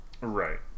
Right